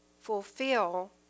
fulfill